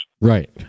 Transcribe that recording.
Right